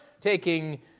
taking